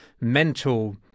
mental